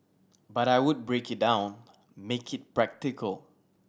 but I would break it down make it practical